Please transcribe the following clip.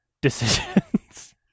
decisions